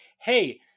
Hey